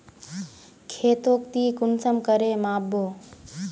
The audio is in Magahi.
खेतोक ती कुंसम करे माप बो?